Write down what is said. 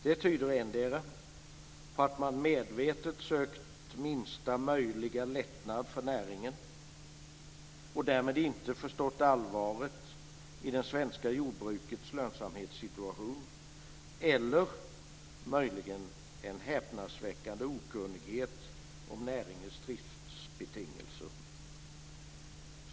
Det tyder endera på att man medvetet sökt minsta möjliga lättnad för näringen, och därmed inte förstått allvaret i det svenska jordbrukets lönsamhetssituation, eller möjligen på en häpnadsväckande okunnighet om näringens driftsbetingelser.